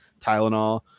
tylenol